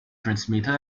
transmitter